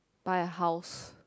buy a house